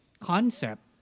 concept